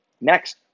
Next